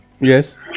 Yes